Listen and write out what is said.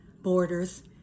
borders